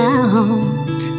out